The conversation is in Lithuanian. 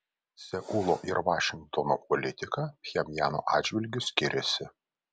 seulo ir vašingtono politika pchenjano atžvilgiu skiriasi